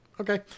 Okay